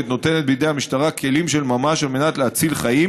נותנת בידי המשטרה כלים של ממש להציל חיים,